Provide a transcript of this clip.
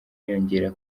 yiyongera